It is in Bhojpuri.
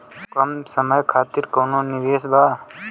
कम समय खातिर कौनो निवेश बा?